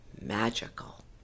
Magical